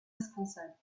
responsable